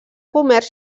comerç